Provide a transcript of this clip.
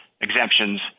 exemptions